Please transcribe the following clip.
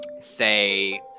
say